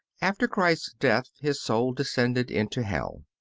after christ's death his soul descended into hell.